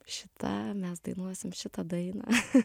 šita mes dainuosim šitą dainą